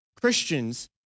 Christians